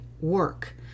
work